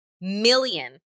million